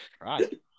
Right